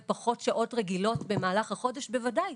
פחות שעות רגילות במהלך החודש בוודאי,